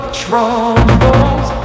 troubles